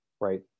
right